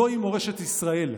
זוהי מורשת ישראל.